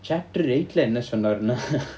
chapter eight lah என்னசொன்னாருன்னா:enna sonnarunna